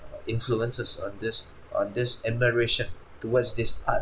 influences on this on this admiration towards this art